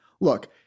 Look